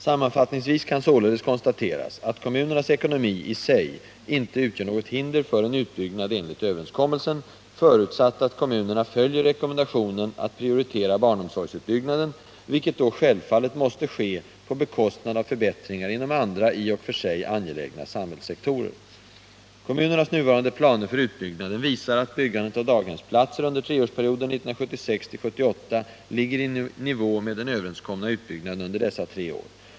Sammanfattningsvis kan således konstateras att kommunernas ekonomi i sig inte utgör något hinder för en utbyggnad enligt överenskommelsen, förutsatt att kommunerna följer rekommendationen att prioritera barnomsorgsutbyggnaden, vilket då självfallet måste ske på bekostnad av förbättringar inom andra i och för sig angelägna samhällssektorer. Kommunernas nuvarande planer för utbyggnaden visar att byggandet av daghemsplatser under treårsperioden 1976-1978 ligger i nivå med den överenskomna utbyggnaden under dessa tre år.